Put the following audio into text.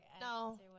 No